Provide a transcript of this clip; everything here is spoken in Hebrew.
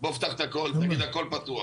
תגיד הכול פתוח.